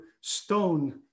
stone